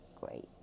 great